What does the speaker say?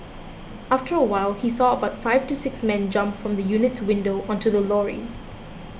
after a while he saw about five to six men jump from the unit's windows onto the lorry